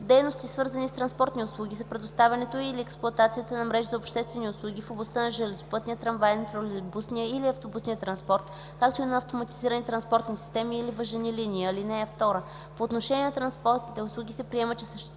Дейности, свързани с транспортни услуги, са предоставянето или експлоатацията на мрежи за обществени услуги в областта на железопътния, трамвайния, тролейбусния или автобусния транспорт, както и на автоматизирани транспортни системи или въжени линии. (2) По отношение на транспортните услуги се приема, че съществува